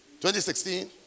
2016